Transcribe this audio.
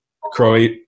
Croat